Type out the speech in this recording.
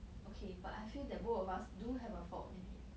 okay but I feel that both of us do have a fault in it